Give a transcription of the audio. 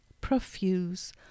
profuse